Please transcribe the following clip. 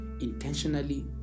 intentionally